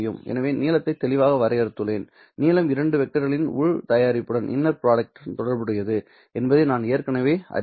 எனவே நீளத்தையும் தெளிவாக வரையறுத்துள்ளேன் நீளம் இரண்டு வெக்டர்களின் உள் தயாரிப்புடன் தொடர்புடையது என்பதை நான் ஏற்கனவே அறிவேன்